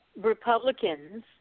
Republicans